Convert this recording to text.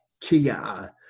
Kia